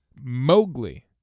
Mowgli